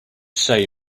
say